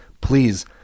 Please